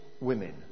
women